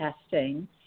testing